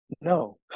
no